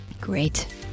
Great